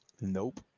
nope